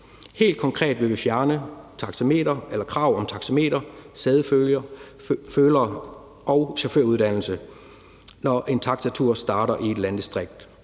Helt konkret vil vi fjerne krav om taxameter, sædefølere og chaufføruddannelse, når en taxatur starter i et landdistrikt,